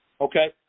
Okay